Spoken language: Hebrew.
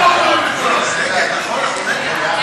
ההצעה להעביר את הצעת חוק להסדרת הביטחון בגופים ציבוריים (תיקון מס' 7)